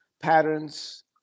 patterns